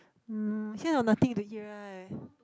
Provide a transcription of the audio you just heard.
um here got nothing to eat right